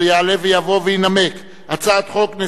אשר יעלה ויבוא וינמק הצעת חוק חובת